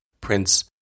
Prince